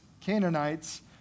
Canaanites